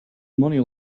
money